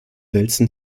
velzen